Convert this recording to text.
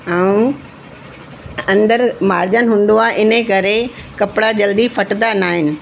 ऐं अंदरि मारजन हूंदो आहे इनकरे कपिड़ा जल्दी फटंदा न आहिनि